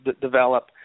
develop